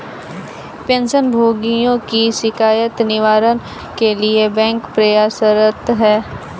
pension भोगियों की शिकायत निवारण के लिए बैंक प्रयासरत है